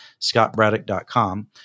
Scottbraddock.com